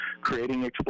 creating